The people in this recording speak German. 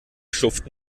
schuften